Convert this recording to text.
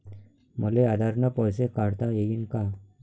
मले आधार न पैसे काढता येईन का?